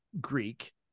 Greek